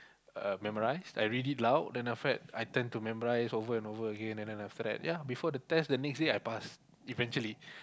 uh memorise I read it loud then after that I turn to memorise over and over again and then after that ya before the test the next day I pass eventually